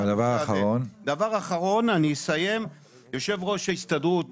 דבר אחרון, אני אסיים: יושב ראש הסתדרות